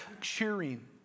cheering